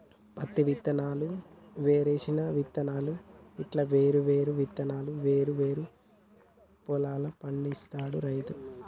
పత్తి విత్తనాలు, వేరుశన విత్తనాలు ఇట్లా వేరు వేరు విత్తనాలను వేరు వేరు పొలం ల పండిస్తాడు రైతు